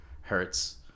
Hertz